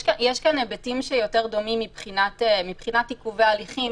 יש כאן היבטים שיותר דומים מבחינת עיכובי הליכים.